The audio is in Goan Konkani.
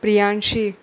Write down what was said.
प्रियांशी